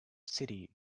city